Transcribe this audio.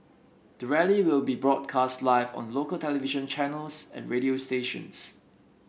the rally will be broadcast live on local television channels and radio stations